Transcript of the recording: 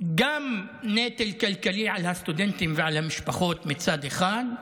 גם נטל כלכלי על הסטודנטים ועל המשפחות מצד אחד,